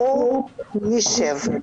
בואו נשב,